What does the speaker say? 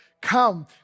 Come